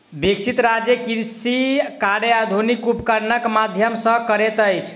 विकसित राज्य कृषि कार्य आधुनिक उपकरणक माध्यम सॅ करैत अछि